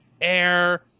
air